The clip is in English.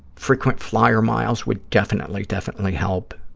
frequent flyer miles would definitely, definitely help,